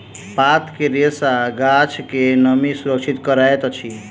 पात के रेशा गाछ के नमी सुरक्षित करैत अछि